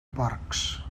porcs